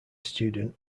student